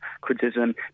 criticism